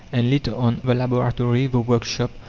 and later on, the laboratory, the workshop,